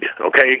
okay